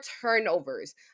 turnovers